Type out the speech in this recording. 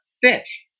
fish